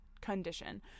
condition